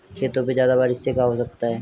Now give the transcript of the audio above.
खेतों पे ज्यादा बारिश से क्या हो सकता है?